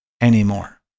anymore